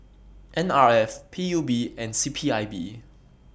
N R F P U B and C P I B